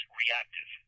reactive